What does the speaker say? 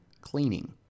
cleaning